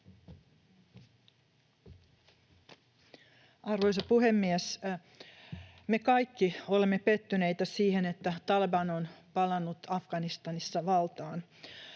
Arvoisa puhemies! Me kaikki olemme pettyneitä siihen, että Taleban on palannut Afganistanissa valtaan.